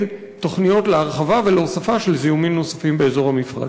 תוכניות להרחבה ולהוספה של זיהומים נוספים באזור המפרץ.